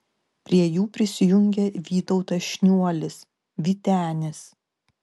prie jų prisijungė vytautas šniuolis vytenis